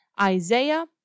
Isaiah